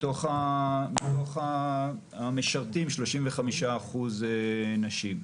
מתוך המשרתים, 35% נשים.